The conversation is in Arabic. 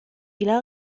إلى